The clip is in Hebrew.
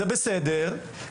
זה בסדר,